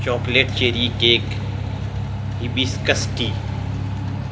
chocolate cherry cake hibiscus tea